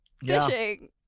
Fishing